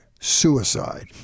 suicide